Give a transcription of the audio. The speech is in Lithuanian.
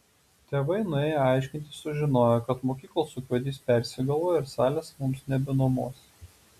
tėvai nuėję aiškintis sužinojo kad mokyklos ūkvedys persigalvojo ir salės mums nebenuomos